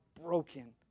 broken